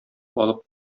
алып